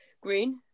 green